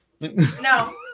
No